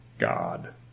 God